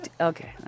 okay